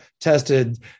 tested